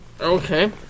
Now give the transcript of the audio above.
Okay